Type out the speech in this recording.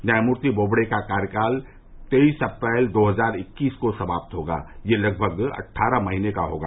न्यायमूर्ति बोबड़े का कार्यकाल तेईस अप्रैल दो हजार इक्कीस को समाप्त होगा और ये लगभग अट्ठारह महीने का होगा